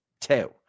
two